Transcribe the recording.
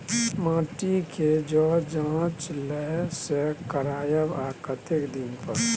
माटी के ज जॉंच कतय से करायब आ कतेक दिन पर?